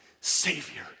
Savior